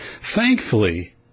Thankfully